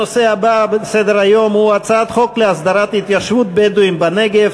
הנושא הבא בסדר-היום הוא הצעת חוק להסדרת התיישבות בדואים בנגב,